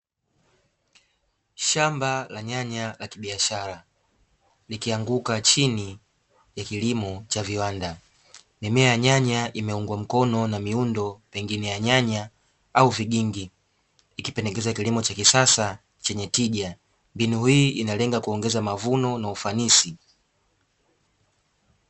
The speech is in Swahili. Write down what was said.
Shamba la nyanya la kibiashara likianguka chini ya kilimo cha viwanda, mimea ya nyanya imeungwa mikono na miundo mingine ya nyanya au vigingi ikipendekeza kilimo cha kisasa chenye tija, mbinu hii inalenga kuongeza mavuno na ufanisi.